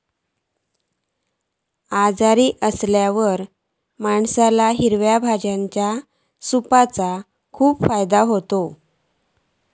आजारी असल्यावर माणसाक हिरव्या भाज्यांच्या सूपाचो खूप फायदो होता